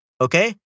Okay